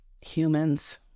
Humans